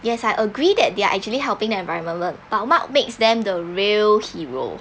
yes I agree that they're actually helping the environment but what makes them the real hero